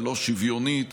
הלא-שוויונית,